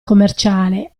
commerciale